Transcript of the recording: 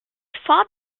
fought